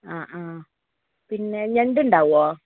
ആ ആ പിന്നെ ഞണ്ട് ഉണ്ടാകുമോ